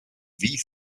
wie